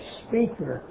speaker